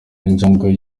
injangwe